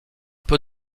peu